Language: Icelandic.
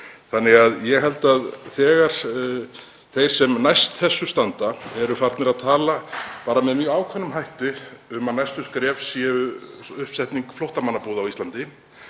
Ég held að þegar þeir sem næst þessu standa eru farnir að tala með mjög ákveðnum hætti um að næstu skref sé uppsetning flóttamannabúða á Íslandi